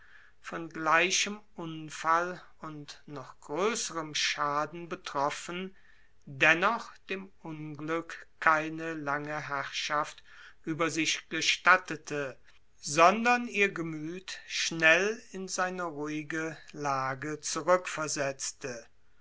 von gleichem unfall und noch größerem schaden betroffen dennoch dem unglück keine lange herrschaft über sich gestattete sondern ihr gemüth schnell in seine lage